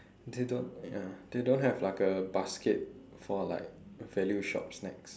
they don't ya they don't have like a basket for like value shop snacks